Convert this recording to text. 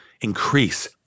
increase